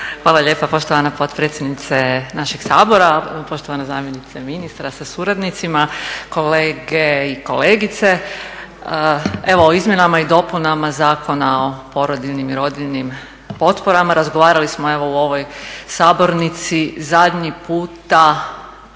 Hvala lijepa poštovana potpredsjednice našeg Sabora, poštovana zamjenice ministra sa suradnicima, kolege i kolegice. Evo o izmjenama i dopunama Zakona o porodiljnim i rodiljnim potporama razgovarali smo evo u ovoj sabornici zadnji puta